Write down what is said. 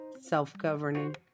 self-governing